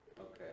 Okay